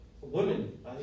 women